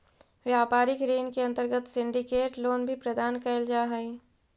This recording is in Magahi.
व्यापारिक ऋण के अंतर्गत सिंडिकेट लोन भी प्रदान कैल जा हई